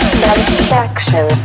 satisfaction